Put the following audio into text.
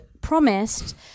promised